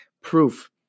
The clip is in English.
proof